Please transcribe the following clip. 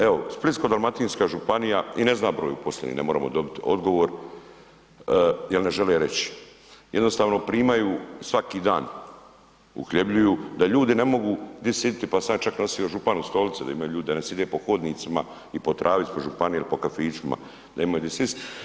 Evo Splitsko-dalmatinska županija i ne zna broj uposlenih, ne moramo dobiti odgovor jer ne žele reći, jednostavno primaju svaki dan, uhljebljuju da ljudi ne mogu gdje sjediti pa sam ja čak nosio županu stolice da imaju ljudi, da ne sjede po hodnicima i po travi ispred županije ili po kafićima, da imaju gdje sjesti.